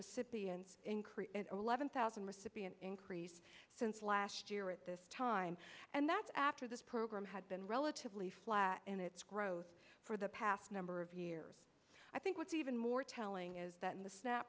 recipients increase eleven thousand recipient increase since last year at this time and that's after this program had been relatively flat in its growth for the past number of years i think what's even more telling is that in the snap